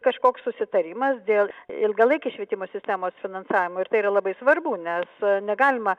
kažkoks susitarimas dėl ilgalaikės švietimo sistemos finansavimo ir tai yra labai svarbu nes negalima